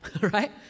Right